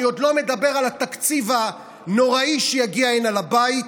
אני עוד לא מדבר על התקציב הנוראי שיגיע הנה לבית,